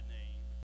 name